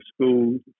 schools